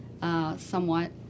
somewhat